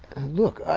look,